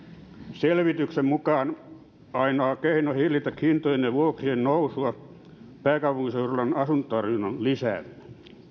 selvityksen mukaan ainoa keino hillitä hintojen ja vuokrien nousua pääkaupunkiseudulla on asuntotarjonnan lisääminen